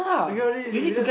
because this is just